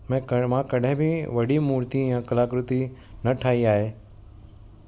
मां मां कॾहिं बि वॾी मूर्ती या कलाकृति न ठाही आहे